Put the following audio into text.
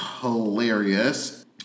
hilarious